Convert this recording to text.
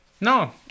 No